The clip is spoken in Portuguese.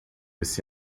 esse